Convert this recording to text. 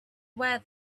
wear